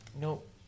Nope